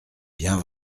bien